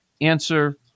Answer